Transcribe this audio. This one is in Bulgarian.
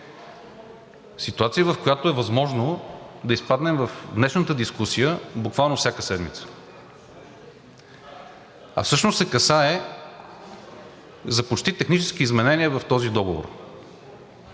ситуация, в която е възможно да изпаднем в днешната дискусия буквално всяка седмица, а всъщност се касае за почти технически изменения в този договор.